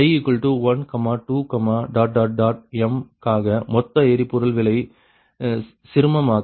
i12m காக மொத்த எரிபொருள் விலையை சிறுமமாக்க